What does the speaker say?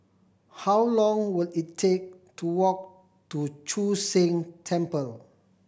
how long will it take to walk to Chu Sheng Temple